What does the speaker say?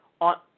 on